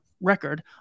record